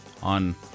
on